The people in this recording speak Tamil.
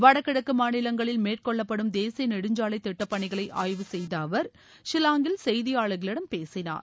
வடகிழக்கு மாநிலங்களில் மேற்கொள்ளப்படும் தேசிய நெடுஞ்சாலை திட்டப்பணிகளை ஆய்வு செய்த அவர் ஷில்லாங்கில் செய்தியாளர்களிடம் பேசினார்